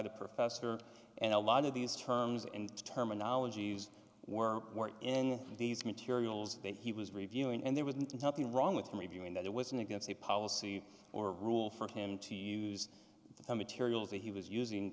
the professor and a lot of these terms and terminology used were in these materials that he was reviewing and there wasn't nothing wrong with him reviewing that it wasn't against a policy or rule for him to use the materials that he was using